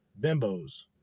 Bimbos